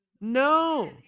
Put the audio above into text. no